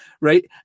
right